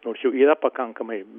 nors jau yra pakankamai